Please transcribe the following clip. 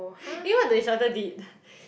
you know what the instructor did